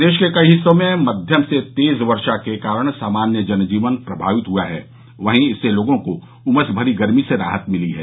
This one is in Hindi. प्रदेश के कई हिस्सों में मध्यम से तेज वर्षा के कारण सामान्य जनजीवन प्रभावित हुआ है वहीं इससे लोगों को उमस भरी गर्मी से राहत मिली है